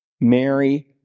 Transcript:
Mary